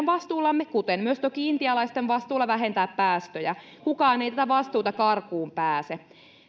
vastuullamme kuten myös toki intialaisten vastuulla vähentää päästöjä kukaan ei tätä vastuuta karkuun pääse